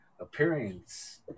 Appearance